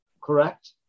Correct